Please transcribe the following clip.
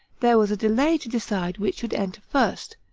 there was a delay to decide which should enter first,